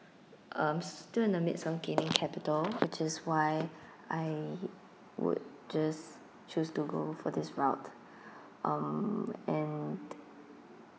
um still in the midst of gaining capital which is why I would just choose to go for this route um and